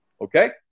Okay